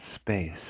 space